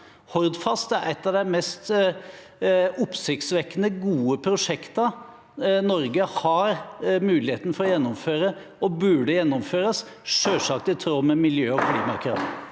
Hordfast er et av de mest oppsiktsvekkende gode prosjektene som Norge har muligheten til å gjennomføre, og det bør gjennomføres, selvsagt i tråd med miljø- og klimakrav.